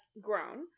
grown